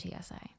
TSA